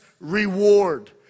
reward